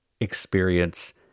experience